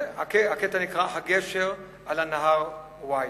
הקטע נקרא "הגשר על הנהר קוואי":